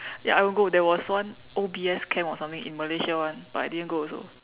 ya I won't go there was one O_B_S camp or something in Malaysia [one] but I didn't go also